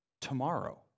tomorrow